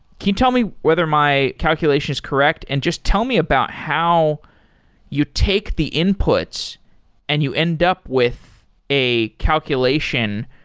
can tell me whether my calculation is correct and just tell me about how you take the inputs and you end up with a calculation,